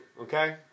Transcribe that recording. okay